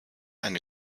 eine